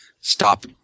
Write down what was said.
stop